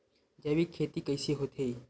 जैविक खेती कइसे होथे?